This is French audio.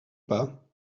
pas